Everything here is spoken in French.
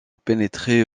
pénétrer